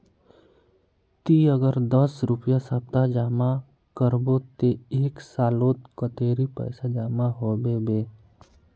ती अगर दस रुपया सप्ताह जमा करबो ते एक सालोत कतेरी पैसा जमा होबे बे?